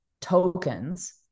tokens